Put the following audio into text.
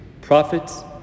prophets